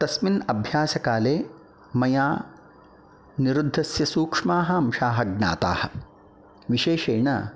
तस्मिन् अभ्यासकाले मया निरुद्धस्य सूक्ष्माः अंशाः ज्ञाताः विशेषेण